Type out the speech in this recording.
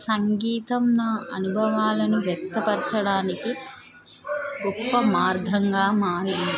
సంగీతం నా అనుభవాలను వ్యక్తపరచడానికి గొప్ప మార్థంగా మారింది